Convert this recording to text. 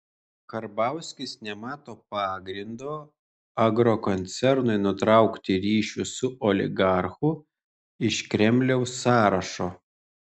karbauskis nemato pagrindo agrokoncernui nutraukti ryšius su oligarchu iš kremliaus sąrašo